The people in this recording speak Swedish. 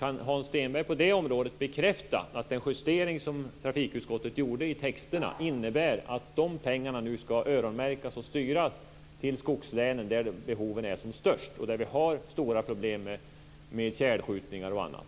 Kan Hans Stenberg på det området bekräfta att den justering som trafikutskottet gjorde i texterna innebär att de pengarna nu ska öronmärkas och styras till skogslänen där behoven är som störst och där vi har stora problem med tjälskjutningar och annat?